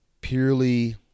purely